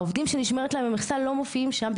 העובדים שנשמרת להם המכסה לא מופיעים שם,